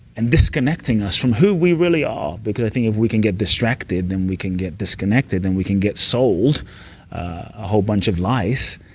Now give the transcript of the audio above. and disconnecting us from who we really are, because i think if we can get distracted, then we can get disconnected, then and we can get sold a whole bunch of lies,